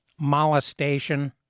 molestation